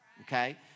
okay